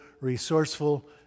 resourceful